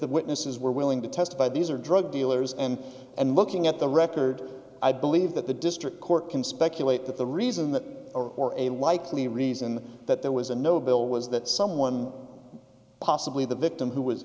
the witnesses were willing to testify these are drug dealers and and looking at the record i believe that the district court can speculate that the reason that for a likely reason that there was a no bill was that someone possibly the victim who was